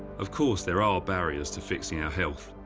of course, there are barriers to fixing our health,